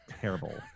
terrible